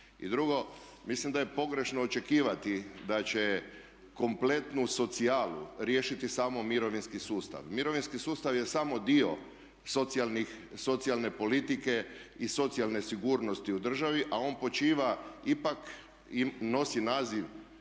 I drugo, mislim da je pogrešno očekivati da će kompletnu socijalu riješiti samo mirovinski sustav. Mirovinski sustav je samo dio socijalne politike i socijalne sigurnosti u državi, a on počiva ipak i nosi naziv